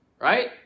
right